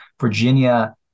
Virginia